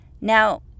Now